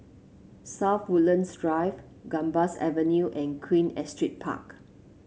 South Woodlands Drive Gambas Avenue and Queen Astrid Park